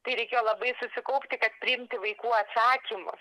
tai reikėjo labai susikaupti kad priimti vaikų atsakymus